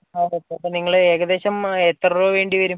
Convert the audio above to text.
ആ അതെ അപ്പം നിങ്ങള് ഏകദേശം എത്ര രൂപ വേണ്ടിവരും